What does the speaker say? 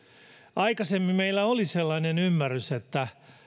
aikaisemmin meillä oli sellainen ymmärrys että